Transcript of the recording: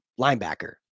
linebacker